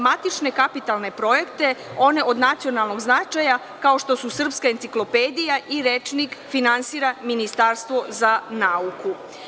Matične kapitalne projekte, one od nacionalnog značaja, kao što su srpska enciklopedija i rečnik finansira Ministarstvo za nauku.